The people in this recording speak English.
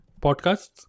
podcasts